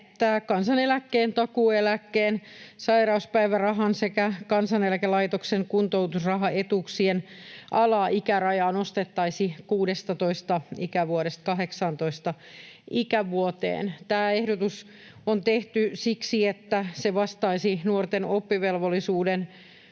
että kansaneläkkeen, takuueläkkeen, sairauspäivärahan sekä Kansaneläkelaitoksen kuntoutusrahaetuuksien alaikärajaa nostettaisiin 16 ikävuodesta 18 ikävuoteen. Tämä ehdotus on tehty siksi, että se vastaisi nuorten oppivelvollisuuden